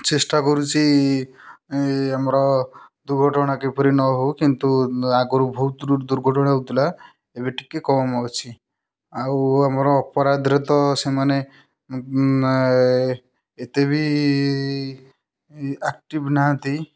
ଚେଷ୍ଟା କରୁଛି ଆମର ଦୁର୍ଘଟଣା କିପରି ନ ହେଉ କିନ୍ତୁ ଆଗରୁ ବହୁତ ଦୁର୍ଘଟଣା ହେଉଥିଲା ଏବେ ଟିକେ କମ୍ ଅଛି ଆଉ ଆମର ଅପରାଧ ର ତ ସୀମା ନାହିଁ ଏତେବି ଆକ୍ଟିଭ୍ ନାହାନ୍ତି